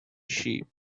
sheep